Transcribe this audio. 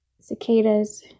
cicadas